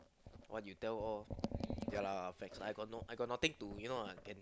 what you tell of ya lah facts lah I got I got nothing to you know can